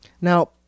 Now